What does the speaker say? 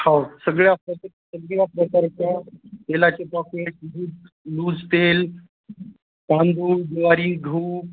हो सगळ्या प्र सगळ्या प्रकारच्या तेलाचे पॉकेट लूज लूज तेल तांदूळ ज्वारी घऊ